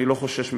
אני לא חושש ממנה,